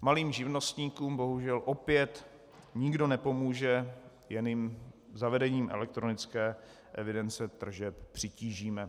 Malým živnostníkům bohužel opět nikdo nepomůže, jen jim zavedením elektronické evidence tržeb přitížíme.